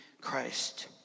Christ